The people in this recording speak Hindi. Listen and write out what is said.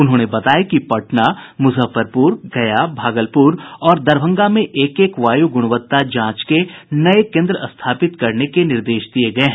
उन्होंने बताया कि पटना मुजफ्फरपुर गया भागलपुर और दरभंगा में एक एक वायु गुणवत्ता जांच के नए केन्द्र स्थापित करने के निर्देश दिये गये हैं